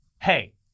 hey